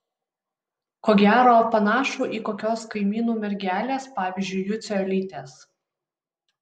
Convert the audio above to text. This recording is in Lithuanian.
ko gero panašų į kokios kaimynų mergelės pavyzdžiui jucio elytės